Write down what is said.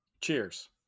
cheers